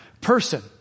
person